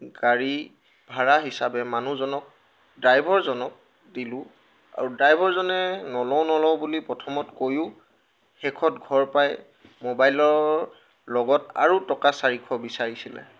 গাড়ী ভাৰা হিচাপে মানুহজনক ড্ৰাইভৰজনক দিলোঁ আৰু ড্ৰাইভৰজনে নলও নলওঁ বুলি প্ৰথমতে কৈও শেষত ঘৰ পাই মোবাইলৰ লগত আৰু টকা চাৰিশ বিছাৰিছে